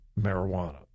marijuana